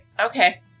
Okay